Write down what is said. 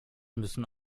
müssen